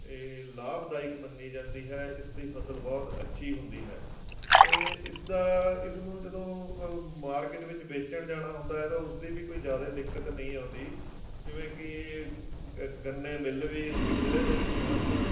ਇਹ ਲਾਭਦਾਇਕ ਮੰਨੀ ਜਾਂਦੀ ਹੈ ਇਸ ਦੀ ਫਸਲ ਬਹੁਤ ਅੱਛੀ ਹੁੰਦੀ ਹੈ ਅਤੇ ਇਸਦਾ ਇਸਨੂੰ ਜਦੋਂ ਮਾਰਕੀਟ ਵਿੱਚ ਵੇਚਣ ਜਾਣਾ ਹੁੰਦਾ ਹੈ ਤਾਂ ਉਸ ਦੀ ਵੀ ਕੋਈ ਜ਼ਿਆਦਾ ਦਿੱਕਤ ਨਹੀਂ ਆਉਂਦੀ ਜਿਵੇਂ ਕਿ ਗੰਨੇ ਮਿੱਲ ਵੀ ਇਸ ਜ਼ਿਲ੍ਹੇ ਦੇ ਵਿੱਚ ਹਨ